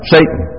Satan